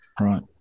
Right